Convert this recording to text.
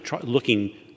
looking